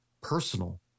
personal